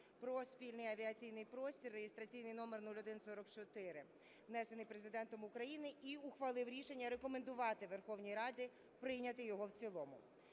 про спільний авіаційний простір (реєстраційний номер 0144), внесений Президентом України, і ухвалив рішення рекомендувати Верховній Раді прийняти його в цілому.